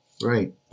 Right